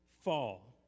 fall